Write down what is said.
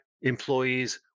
employees